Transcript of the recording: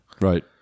Right